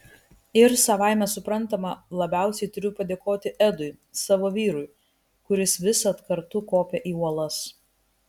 ir savaime suprantama labiausiai turiu padėkoti edui savo vyrui kuris visad kartu kopia į uolas